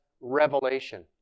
revelation